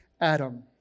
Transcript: Adam